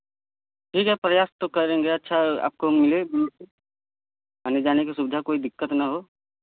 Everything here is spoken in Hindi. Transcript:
ठीक है प्रयास तो करेंगे अच्छा आपको मिले आने जाने की सुविधा कोई दिक्कत न हो